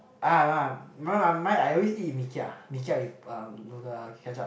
my mine I always eat with Mee-Kia Mee-Kia with uh with a ketchup